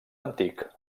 antic